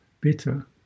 bitter